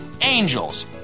angels